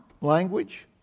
language